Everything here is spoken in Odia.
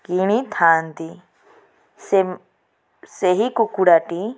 କିଣିଥାଆନ୍ତି ସେମ୍ ସେହି କୁକୁଡ଼ାଟି